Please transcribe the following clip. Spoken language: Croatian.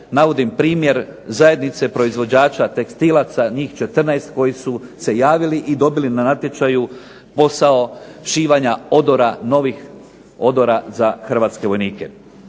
navodim primjer zajednice proizvođača tekstilaca, njih 14 koji su se javili i dobili na natječaju posao šivanja odora novih odora za Hrvatske vojnike.